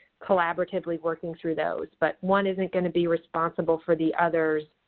collaboratively working through those. but one isn't going to be responsible for the other's